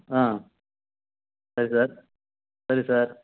அ சரி சார் சரி சார்